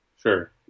Sure